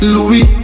Louis